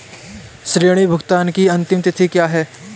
ऋण भुगतान की अंतिम तिथि क्या है?